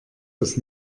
das